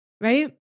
right